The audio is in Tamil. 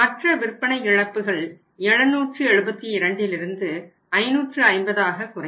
மற்ற விற்பனை இழப்புகள் 772 இலிருந்து 550 ஆக குறையும்